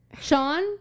Sean